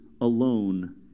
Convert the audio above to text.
alone